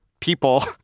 people